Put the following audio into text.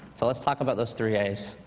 so let's talk about those three as.